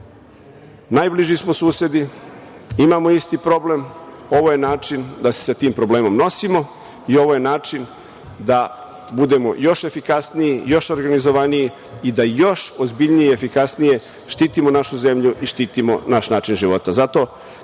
smo susedi, imamo isti problem, ovo je način da se sa tim problemom nosimo i ovo je način da budemo još efikasniji, još organizovaniji i da još ozbiljnije i efikasnije štitimo našu zemlju i štitimo naš način života. Zato,